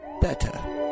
better